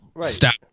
Stop